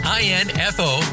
info